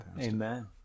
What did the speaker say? amen